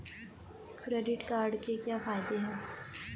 Credit card के क्या फायदे हैं?